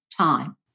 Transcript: time